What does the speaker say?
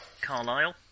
Carlisle